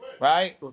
right